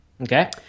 Okay